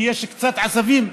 כי יש קצת עשבים,